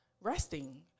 resting